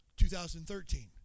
2013